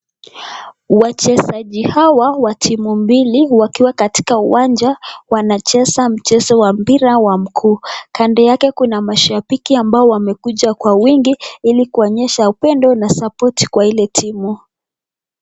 Wachezaji hawa wa timu mbili wakiwa katika uwanja wanacheza mchezo wa mpira wa miguu. Kando yake kuna mashabiki ambao wamekuja kwa wingi, ili kuwaonyesha upendo na support kwa ile timu.